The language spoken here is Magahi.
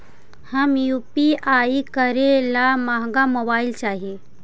हम यु.पी.आई करे ला महंगा मोबाईल चाही?